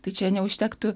tai čia neužtektų